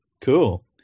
Cool